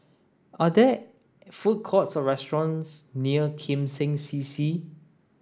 are there food courts or restaurants near Kim Seng C C